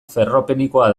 ferropenikoa